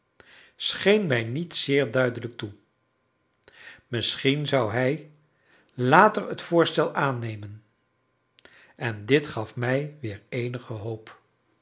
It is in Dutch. scheen mij niet zeer duidelijk toe misschien zou hij later het voorstel aannemen en dit gaf mij weer eenige hoop